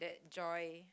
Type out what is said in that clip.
joy